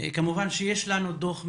יש לנו דוח מהממ"מ,